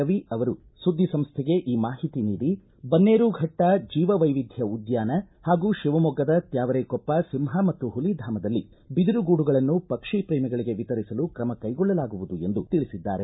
ರವಿ ಅವರು ಸುದ್ದಿ ಸಂಸ್ಥೆಗೆ ಈ ಮಾಹಿತಿ ನೀಡಿ ಬನ್ನೇರುಘಟ್ಟ ಜೀವ ವೈವಿಧ್ಯ ಉದ್ದಾನ ಹಾಗೂ ಶಿವಮೊಗ್ಗದ ತ್ಕಾವರೆಕೊಪ್ಪ ಸಿಂಹ ಮತ್ತು ಹುಲಿ ಧಾಮದಲ್ಲಿ ಬಿದಿರು ಗೂಡುಗಳನ್ನು ಪಕ್ಷಿ ಪ್ರೇಮಿಗಳಿಗೆ ವಿತರಿಸಲು ಕ್ರಮ ಕೈಗೊಳ್ಳಲಾಗುವುದು ಎಂದು ತಿಳಿಸಿದ್ದಾರೆ